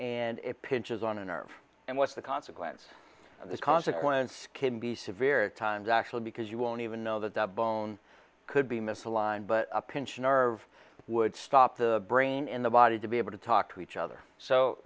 and it pinches on a nerve and what's the consequence of this consequence can be severe times actually because you won't even know that the bone could be misaligned but a pinched nerve would stop the brain in the body to be able to talk to each other so